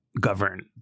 govern